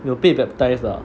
you will 被 baptised lah